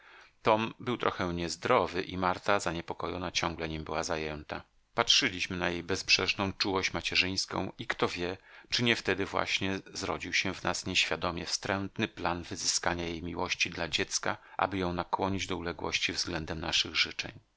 tom był trochę niezdrowy i marta zaniepokojona ciągle nim była zajęta patrzyliśmy na jej bezbrzeżną czułość macierzyńską i kto wie czy nie wtedy właśnie zrodził się w nas nieświadomie wstrętny plan wyzyskania jej miłości dla dziecka aby ją nakłonić do uległości względem naszych życzeń